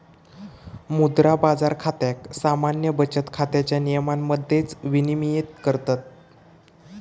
मुद्रा बाजार खात्याक सामान्य बचत खात्याच्या नियमांमध्येच विनियमित करतत